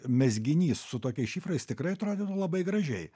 mezginys su tokiais šifrais tikrai atrodytų labai gražiai